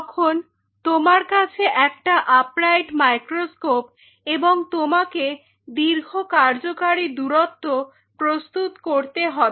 তখন তোমার কাছে একটা আপরাইট মাইক্রোস্কোপ এবং তোমাকে দীর্ঘ কার্যকরী দূরত্ব প্রস্তুত করতে হবে